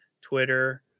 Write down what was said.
Twitter